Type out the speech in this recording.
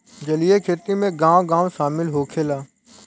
जलीय खेती में गाँव गाँव शामिल होखेला